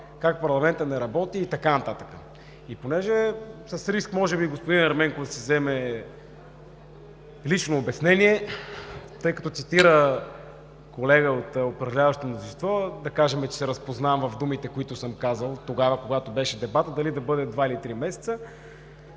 как парламентът не работи и така нататък. С риск, може би, господин Ерменков да вземе лично обяснение, тъй като цитира колега от управляващото мнозинство – да кажем, че се разпознавам в думите, които съм казал тогава, когато беше дебатът – дали да бъде два, или три месеца,